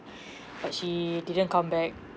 but she didn't come back